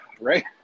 right